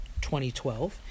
2012